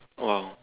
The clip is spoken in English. !wow!